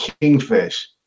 Kingfish